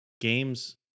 games